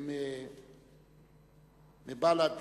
מבל"ד,